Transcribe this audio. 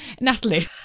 Natalie